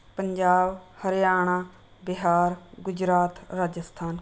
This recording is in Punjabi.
ਪੰਜਾਬ ਹਰਿਆਣਾ ਬਿਹਾਰ ਗੁਜਰਾਤ ਰਾਜਸਥਾਨ